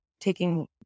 taking